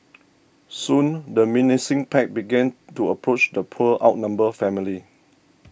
soon the menacing pack began to approach the poor outnumbered family